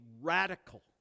radical